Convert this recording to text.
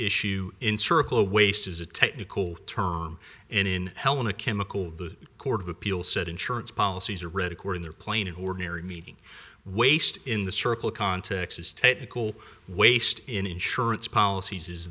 issue in circle waste is a technical term in helena chemical the court of appeal said insurance policies are recording their plane an ordinary meeting waste in the circle context is technical waste in insurance policies is